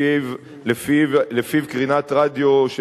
שלפיו קרינת רדיו,